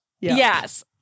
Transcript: Yes